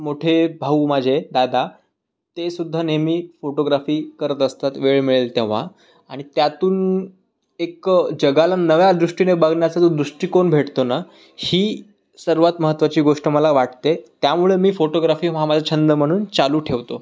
मोठे भाऊ माझे दादा ते सुद्धा नेहमी फोटोग्राफी करत असतात वेळ मिळेल तेव्हा आणि त्यातून एक जगाला नव्या दृष्टीने बघण्याचा जो दृष्टीकोन भेटतो ना ही सर्वात महत्त्वाची गोष्ट मला वाटते त्यामुळे मी फोटोग्राफी हा माझा छंद म्हणून चालू ठेवतो